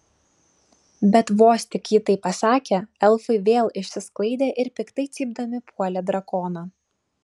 bet vos tik ji tai pasakė elfai vėl išsisklaidė ir piktai cypdami puolė drakoną